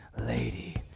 lady